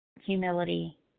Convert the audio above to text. humility